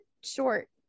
short